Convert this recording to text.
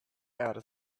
outer